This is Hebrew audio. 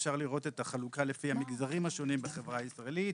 אפשר לראות את החלוקה לפי המגזרים השונים בחברה הישראלית,